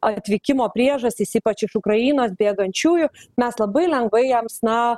atvykimo priežastis ypač iš ukrainos bėgančiųjų mes labai lengvai jiems na